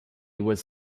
was